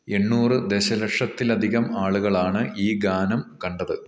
എണ്ണൂറ് ദശലക്ഷത്തിൽ അധികം ആളുകളാണ് ഈ ഗാനം കണ്ടത്